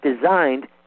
designed